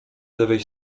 lewej